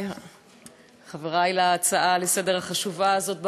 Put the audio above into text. חברי להצעה לסדר-היום החשובה הזאת,